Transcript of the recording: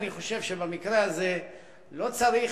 אני חושב שבמקרה הזה לא צריך,